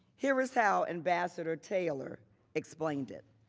here is how ambassador taylor explained it.